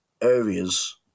areas